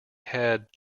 had